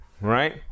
right